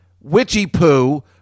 witchy-poo